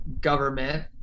government